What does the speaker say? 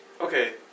Okay